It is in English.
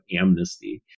amnesty